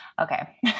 Okay